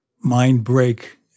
mind-break